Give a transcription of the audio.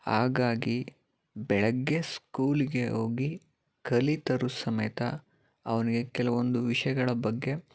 ಹಾಗಾಗಿ ಬೆಳಗ್ಗೆ ಸ್ಕೂಲಿಗೆ ಹೋಗಿ ಕಲಿತರು ಸಮೇತ ಅವನಿಗೆ ಕೆಲವೊಂದು ವಿಷಯಗಳ ಬಗ್ಗೆ